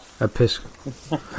Episcopal